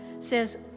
says